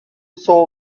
soul